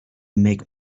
make